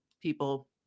people